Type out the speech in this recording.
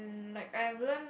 like I've learn